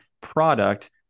product